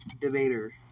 debater